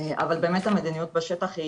אבל באמת המדינית בשטח,